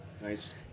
Nice